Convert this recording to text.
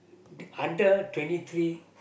under twenty three